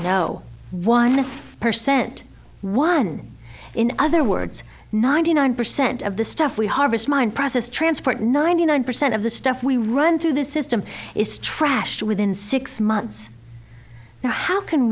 no one percent one in other words ninety nine percent of the stuff we harvest mine process transport ninety nine percent of the stuff we run through this system is trashed within six months now how can